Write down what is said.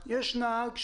יש נהג.